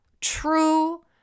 true